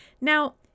now